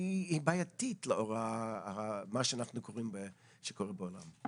היא בעייתית לאור מה שאנחנו קוראים שקורה בעולם.